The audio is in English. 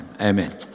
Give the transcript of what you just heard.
Amen